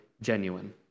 genuine